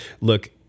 Look